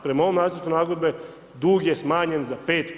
Prema ovom nacrtu nagodbe dug je smanjen za 5 puta.